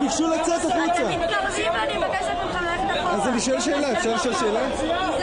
ובעצם הסיטואציה הזאת היא אחת הטראומות הגדולות ביותר,